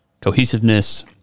cohesiveness